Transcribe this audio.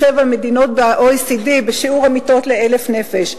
מדינות ב-OECD בשיעור המיטות ל-1,000 נפש.